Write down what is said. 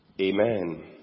Amen